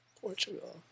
Portugal